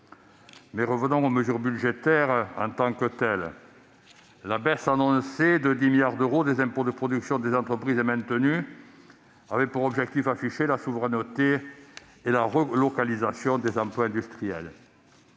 Mais revenons aux mesures budgétaires en tant que telles. La baisse annoncée de 10 milliards d'euros des impôts de production des entreprises est maintenue, avec pour objectif affiché la souveraineté et la relocalisation des emplois industriels.